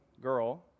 girl